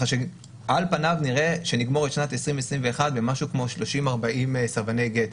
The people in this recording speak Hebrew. על פניו נראה שנסיים את שנת 2021 עם 30 40 סרבני גט.